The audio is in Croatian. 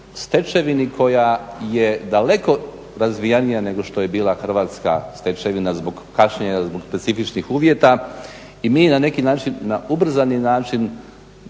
stečevini koja je daleko razvijenija nego što je bila hrvatska stečevina zbog kašnjenja, zbog specifičnih uvjeta i mi na neki način na ubrzani način